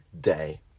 day